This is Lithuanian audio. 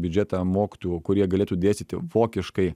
biudžetą mokytojų kurie galėtų dėstyti vokiškai